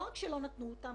לא רק שלא נתנו אותם,